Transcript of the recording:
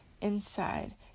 inside